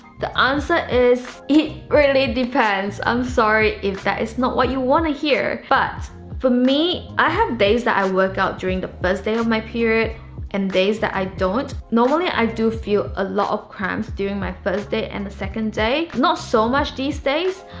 the answer is, it really depends. i'm sorry if that is not what you want to hear. but, for me i have days that i workout during the first day of my period and days that i don't. normally, i do feel a lot of cramps during my first day and the second day, not so much these days,